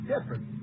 different